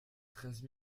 treize